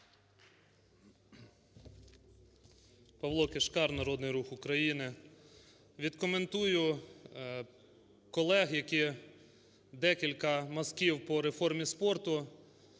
Павло Кишкар, Народний Рух України. Відкоментую колег, які… декілька мазків по реформі спорту.